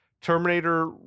Terminator